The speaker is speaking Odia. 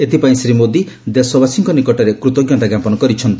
ଏଥିପାଇଁ ଶ୍ରୀ ମୋଦି ଦେଶବାସୀଙ୍କ ନିକଟରେ କୃତଞ୍ଜତା ଜ୍ଞାପନ କରିଛନ୍ତି